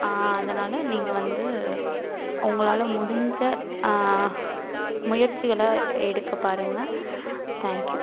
அதனால் நீங்கள் வந்து உங்களால் முடிஞ்ச முயற்சிகளை எடுக்க பாருங்கள் தேங்க்யூ